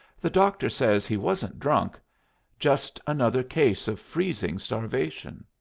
the doctor says he wasn't drunk just another case of freezing starvation.